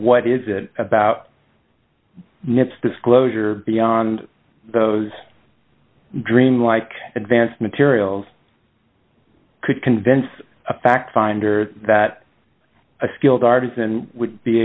what is it about nits disclosure beyond those dreamlike advanced materials could convince a fact finder that a skilled artisan would be